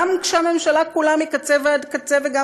גם כשהממשלה כולה מקצה ועד קצה וגם